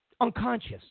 unconscious